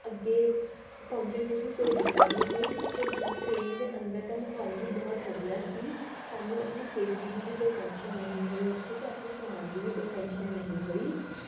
ਅੱਗੇ ਪਹੁੰਚਣ ਵਿੱਚ ਵੀ ਕੋਈ ਦਿੱਕਤ ਨਹੀਂ ਹੋਈ ਅਤੇ ਟਰੇਨ ਦੇ ਅੰਦਰ ਦਾ ਮਾਹੌਲ ਵੀ ਬਹੁਤ ਵਧੀਆ ਸੀ ਸਾਨੂੰ ਆਪਣੀ ਸੇਫਟੀ ਦੀ ਵੀ ਕੋਈ ਟੈਂਸ਼ਨ ਨਹੀਂ ਹੋਈ ਉੱਥੇ ਅਤੇ ਆਪਣੇ ਸਮਾਨ ਦੀ ਵੀ ਕੋਈ ਟੈਂਸ਼ਨ ਨਹੀਂ ਹੋਈ